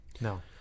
No